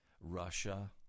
Russia